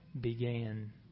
began